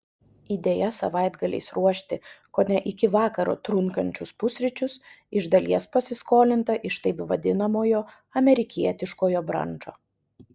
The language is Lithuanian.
idėja savaitgaliais ruošti kone iki vakaro trunkančius pusryčius iš dalies pasiskolinta iš taip vadinamojo amerikietiškojo brančo